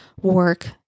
work